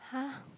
[huh]